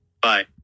bye